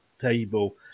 table